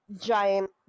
giant